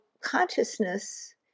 consciousness